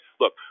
look